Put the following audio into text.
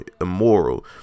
immoral